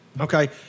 okay